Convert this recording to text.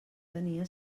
tenia